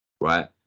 right